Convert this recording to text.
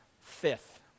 Fifth